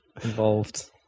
involved